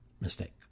mistake